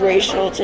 Racial